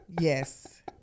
Yes